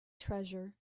treasure